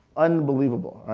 unbelievable.